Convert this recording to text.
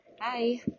Hi